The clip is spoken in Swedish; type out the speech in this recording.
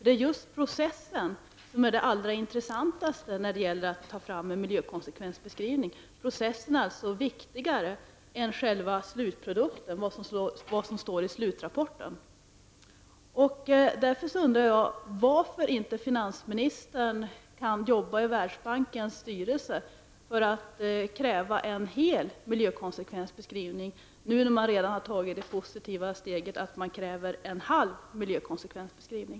Det är just processen som är det allra mest intressanta när det gäller att ta fram en miljökonsekvensbeskrivning. Processen är viktigare än själva slutprodukten, vad som står i slutrapporten. Varför kan inte finansministern i Världsbankens styrelse arbeta för ett krav på en hel miljökonsekvensbeskrivning när man nu redan har tagit det positiva steget att kräva en halv miljökonsekvensbeskrivning?